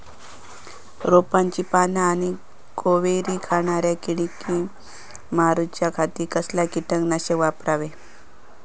रोपाची पाना आनी कोवरी खाणाऱ्या किडीक मारूच्या खाती कसला किटकनाशक वापरावे?